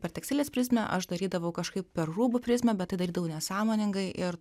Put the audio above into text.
per tekstilės prizmę aš darydavau kažkaip per rūbų prizmę bet tai darydavau nesąmoningai ir